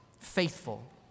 faithful